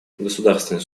государственный